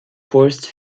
force